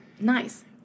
Nice